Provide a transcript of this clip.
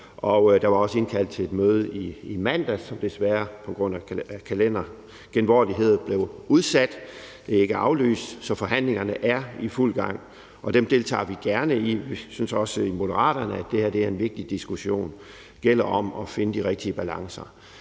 Der var også indkaldt til et møde i mandags, som desværre på grund af kalendergenvordigheder blev udsat, men ikke aflyst. Så forhandlingerne er i fuld gang. Og dem deltager vi gerne i. Vi synes også i Moderaterne, at det her er en vigtig diskussion. Det gælder om at finde de rigtige balancer.